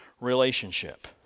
relationship